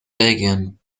belgien